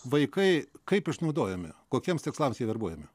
vaikai kaip išnaudojome kokiems tikslams jie verbuojami